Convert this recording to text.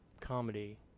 comedy